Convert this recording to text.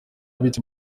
abitse